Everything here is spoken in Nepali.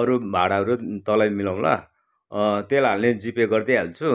अरू भाडाहरू तलै मिलाउँला तेल हाल्ने जिपे गरिदिइहाल्छु